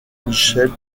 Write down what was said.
michel